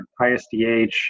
ISDH